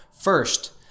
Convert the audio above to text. First